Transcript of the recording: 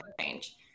change